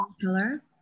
color